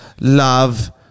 love